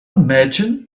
imagine